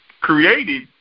created